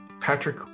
Patrick